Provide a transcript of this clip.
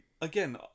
again